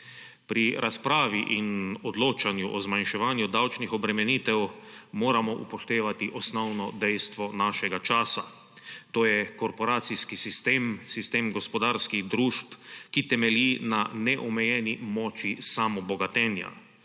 Pri razpravi in odločanju o zmanjševanju davčnih obremenitev moramo upoštevati osnovno dejstvo našega časa, to je korporacijski sistem, sistem gospodarskih družb, ki temelji na neomejeni moči samobogatenja.